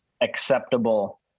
acceptable